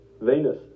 Venus